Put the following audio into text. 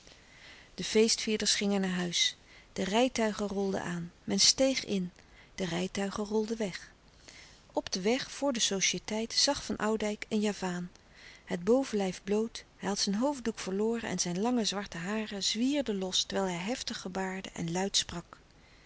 de feestvierders gingen naar huis de rijtuigen rolden aan men steeg in de rijtuigen rolden weg op den weg voor de societeit zag van oudijck een javaan het bovenlijf bloot hij had zijn hoofddoek verloren en zijn lange zwarte haren zwierden los terwijl hij heftig gebaarde en luid sprak